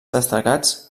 destacats